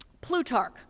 Plutarch